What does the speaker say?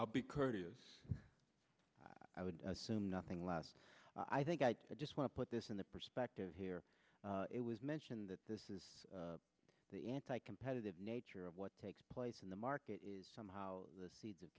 i'll be courteous i would assume nothing less i think i just want to put this in the perspective here it was mentioned that this is the anti competitive nature of what takes place in the market is somehow the seeds of